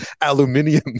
aluminium